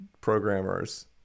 programmers